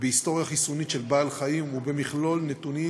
בהיסטוריה החיסונית של בעל חיים ובמכלול נתונים